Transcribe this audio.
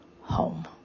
home